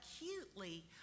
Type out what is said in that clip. acutely